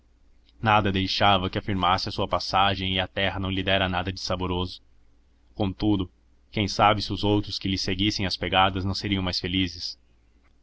nada deixava que afirmasse a sua passagem e a terra não lhe dera nada de saboroso contudo quem sabe se os outros que lhe seguissem as pegadas não seriam mais felizes